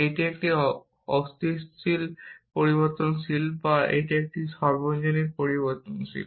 এটি একটি অস্তিত্বশীল পরিবর্তনশীল বা এটি একটি সর্বজনীন পরিবর্তনশীল